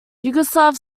yugoslav